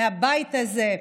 מהבית הזה,